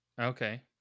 Okay